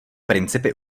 principy